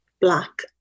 black